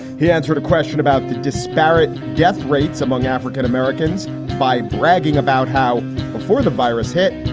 he answered a question about the disparity. death rates among african-americans by bragging about how before the virus hit,